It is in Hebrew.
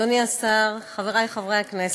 אדוני השר, חברי חברי הכנסת,